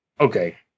Okay